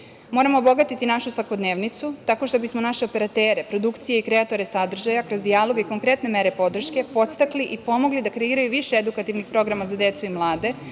obogatiti našu svakodnevnicu, tako što bismo naše operatere, produkcije i kreatore sadržaja, kroz dijaloge i konkretne mere podrške podstakli i pomogli da kreiraju više edukativnih programa za decu i mlade,